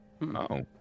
No